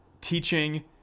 teaching